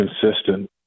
consistent